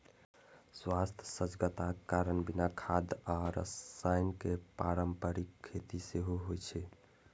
स्वास्थ्य सजगताक कारण बिना खाद आ रसायन के पारंपरिक खेती सेहो होइ छै